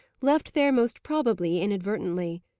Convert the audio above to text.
left there most probably inadvertently.